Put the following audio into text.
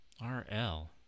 RL